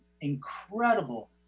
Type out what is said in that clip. incredible